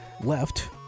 left